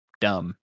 dumb